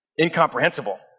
incomprehensible